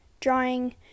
drawing